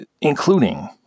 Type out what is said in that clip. Including